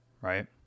right